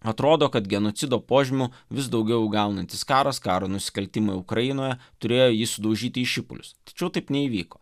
atrodo kad genocido požymių vis daugiau įgaunantis karas karo nusikaltimai ukrainoje turėjo jį sudaužyti į šipulius tačiau taip neįvyko